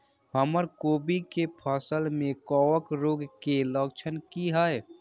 हमर कोबी के फसल में कवक रोग के लक्षण की हय?